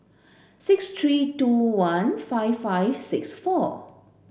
six three two one five five six four